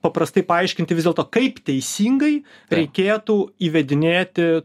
paprastai paaiškinti vis dėlto kaip teisingai reikėtų įvedinėti